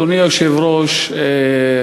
אדוני היושב-ראש,